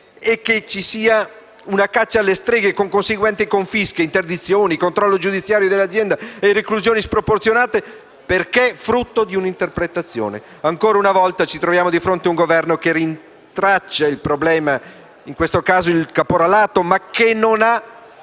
e che ci sia una caccia alle streghe con conseguenti confische, interdizioni, controllo giudiziario dell'azienda e reclusioni sproporzionate perché frutto di un'interpretazione. Ancora una volta ci troviamo di fronte un Governo che rintraccia il problema, in questo caso il caporalato, ma che non ha